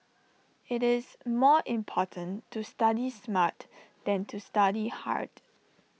IT is more important to study smart than to study hard